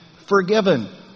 forgiven